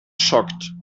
shocked